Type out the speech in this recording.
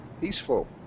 peaceful